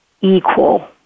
equal